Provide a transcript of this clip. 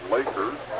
Lakers